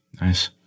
Nice